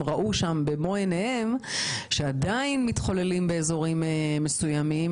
ראו במו עיניהם ועדיין מתחוללים באזורים מסוימים.